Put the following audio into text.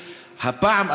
הפעם,